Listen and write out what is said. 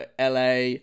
LA